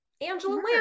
angela